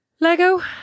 Lego